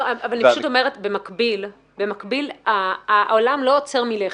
אני אומרת שבמקביל העולם לא עוצר מלכת.